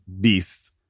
beasts